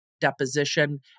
deposition